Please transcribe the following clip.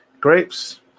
Grapes